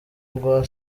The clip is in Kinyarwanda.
rwa